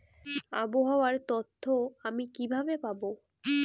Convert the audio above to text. আবহাওয়ার তথ্য আমি কিভাবে পাবো?